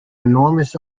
enormous